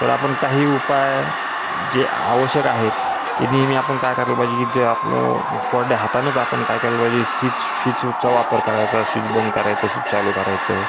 तर आपण काही उपाय जे आवश्यक आहेत ते नेहमी आपण काय करायला पाहिजे की जे आपलं कोरड्या हातानंच आपण काय करायला पाहिजे शीज शवीजचा वापर करायचा शवीज बंद करायचा शीज चालू करायचं